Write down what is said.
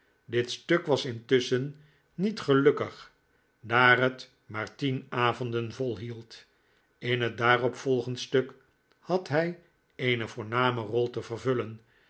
dit stuk was intusschen niet gelukkig daar het maar tien avonden volhield in het daaropvolgend stuk had hij eene voorname rol te vervullen